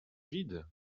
vide